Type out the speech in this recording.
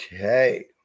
Okay